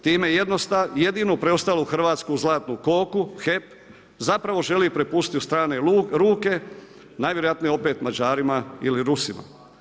Time jedinu preostalu hrvatsku zlatnu koku HEP, zapravo želi prepustiti u strane ruke, najvjerojatnije opet Mađarima ili Rusima.